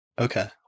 Okay